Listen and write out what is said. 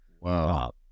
Wow